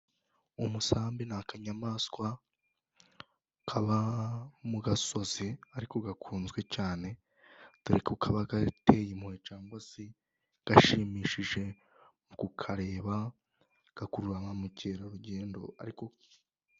Umusambi ni akanyamaswa kaba mu gasozi ariko gakunzwe cyane, dore ko kaba gateye impuhwe cyangwa se gashimishije mu kukareba. Gakurura ba mukerarugendo ariko,...